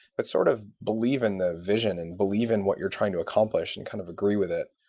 but sort of believe in the vision and believe in what you're trying to accomplish and kind of agree with it.